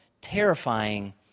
terrifying